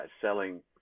selling